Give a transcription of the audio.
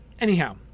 anyhow